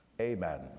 amen